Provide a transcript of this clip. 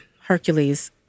Hercules